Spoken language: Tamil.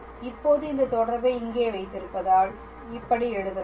இப்போது இந்த தொடர்பை இங்கே வைத்திருப்பதால் இப்படி எழுதலாம்